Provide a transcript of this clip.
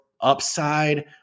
upside